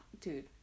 Dude